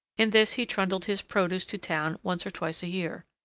in this he trundled his produce to town once or twice a year.